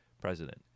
president